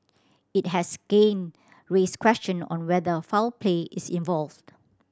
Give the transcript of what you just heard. it has again raised question on whether foul play is involved